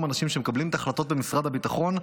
אנשים שמקבלים את ההחלטות במשרד הביטחון,